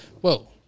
Whoa